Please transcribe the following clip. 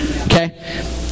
Okay